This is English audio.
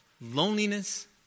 loneliness